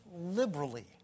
liberally